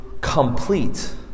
complete